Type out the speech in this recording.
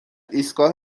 ایستگاه